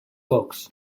folks